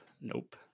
Nope